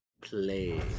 play